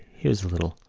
here's a little.